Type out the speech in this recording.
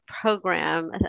program